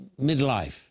midlife